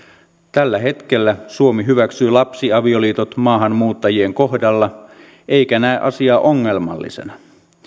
tällä hetkellä suomi hyväksyy lapsiavioliitot maahanmuuttajien kohdalla eikä näe asiaa ongelmallisena